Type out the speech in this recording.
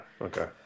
Okay